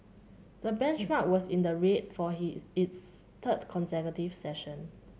the benchmark was in the red for his its third consecutive session